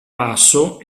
basso